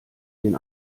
den